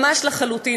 ממש לחלוטין.